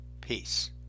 Peace